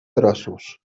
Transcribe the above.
trossos